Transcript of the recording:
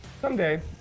Someday